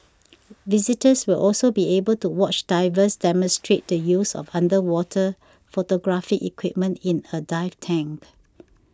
visitors will also be able to watch divers demonstrate the use of underwater photographic equipment in a dive tank